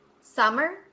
summer